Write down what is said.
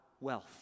Wealth